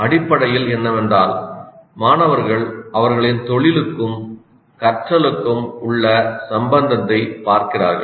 அடிப்படையில் என்னவென்றால் மாணவர்கள் அவர்களின் தொழிலுக்கும் கற்றலுக்கும் உள்ள சம்பந்தத்தை பார்க்கிறார்கள்